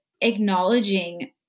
acknowledging